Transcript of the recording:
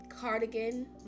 cardigan